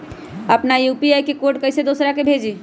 अपना यू.पी.आई के कोड कईसे दूसरा के भेजी?